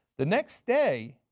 the next day,